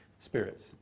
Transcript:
spirits